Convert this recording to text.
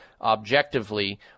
objectively